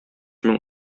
мең